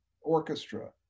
orchestra